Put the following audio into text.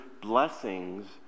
blessings